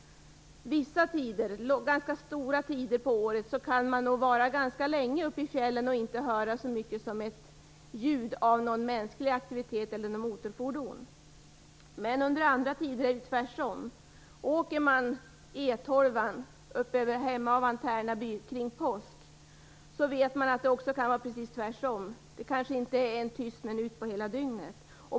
Vissa tider, ganska stora delar av året, kan man nog vara ganska länge uppe i fjällen utan att höra så mycket som ett ljud av mänsklig aktivitet eller något motorfordon. Men under andra tider är det tvärtom. Det vet man om man har åkt E 12:an uppöver Hemavan och Tärnaby omkring påsk. Det kanske inte är en tyst minut på hela dygnet.